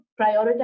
prioritize